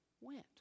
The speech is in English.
went